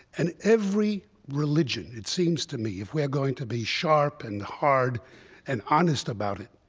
and every religion, it seems to me, if we're going to be sharp and hard and honest about it,